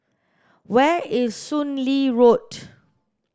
where is Soon Lee Road